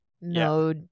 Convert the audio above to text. No